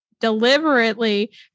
deliberately